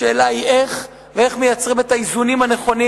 השאלה היא איך מייצרים את האיזונים הנכונים